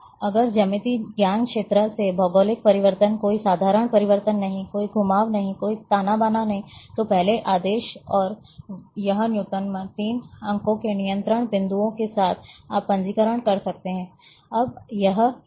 अगर ज्यामितीय ज्ञानक्षेत्र से भौगोलिक परिवर्तन कोई साधारण परिवर्तन नहीं कोई घुमाव नहीं कोई ताना बाना नहीं तो पहले आदेश और यह न्यूनतम तीन अंकों के नियंत्रण बिंदुओं के साथ आप पंजीकरण कर सकते हैं